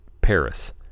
paris